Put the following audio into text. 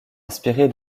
inspiré